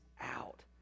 out